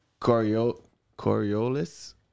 Coriolis